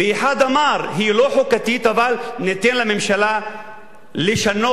ואחד אמר: היא לא חוקתית אבל ניתן לממשלה לשנות,